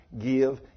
give